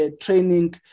training